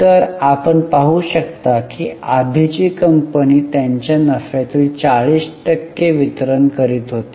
तर आपण पाहू शकता की आधीची कंपनी त्यांच्या नफ्यातील 40 टक्के वितरण करीत होती